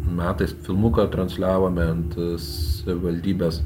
metais filmuką transliavome ant savivaldybės